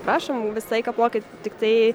prašom visą laiką plokit tiktai